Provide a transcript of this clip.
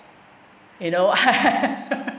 you know